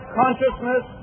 consciousness